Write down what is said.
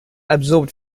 absorbed